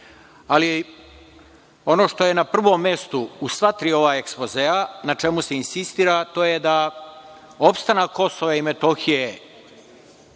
ono što je na prvom mestu u sva tri ova ekspozea, na čemu se insistira, to je da opstanak Kosova i Metohije